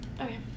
Okay